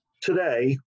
today